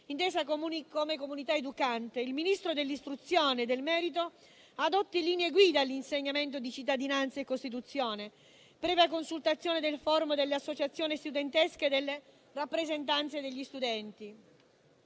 intesa come comunità educante, il Ministro dell'istruzione e del merito adotti linee guida per l'insegnamento di cittadinanza e Costituzione, previa consultazione del Forum delle associazioni studentesche e delle rappresentanze degli studenti.